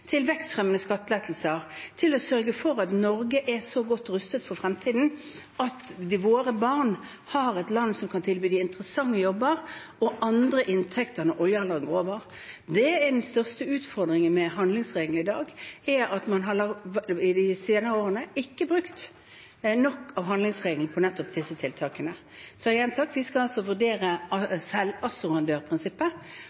å sørge for at Norge er så godt rustet for fremtiden at våre barn har et land som kan tilby dem interessante jobber og andre inntekter når oljealderen er over. Den største utfordringen med handlingsregelen i dag er at man de senere årene ikke har brukt nok penger gjennom handlingsregelen til nettopp disse tiltakene. Så jeg gjentar: Vi skal vurdere